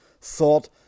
thought